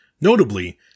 notably